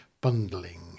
bundling